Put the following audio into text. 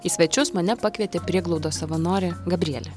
į svečius mane pakvietė prieglaudos savanorė gabrielė